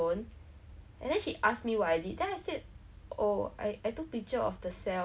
I think like I remember that time we had science err class also in secondary school